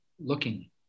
looking